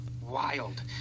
wild